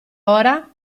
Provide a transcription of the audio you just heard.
ora